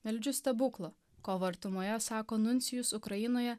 meldžiu stebuklo kovo artumoje sako nuncijus ukrainoje